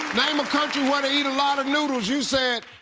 name a country where they eat a lot of noodles. you said